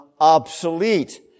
obsolete